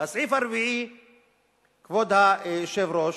כבוד היושב-ראש,